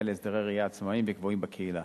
להסדרי ראייה עצמאיים וקבועים בקהילה.